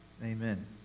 Amen